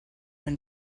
and